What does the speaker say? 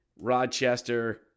Rochester